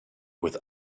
with